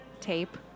tape